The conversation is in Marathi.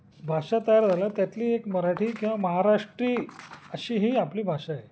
भाषा तयार झाल्या त्यातली एक मराठी किंवा महाराष्ट्री अशी ही आपली भाषा आहे